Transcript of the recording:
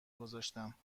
گذاشتم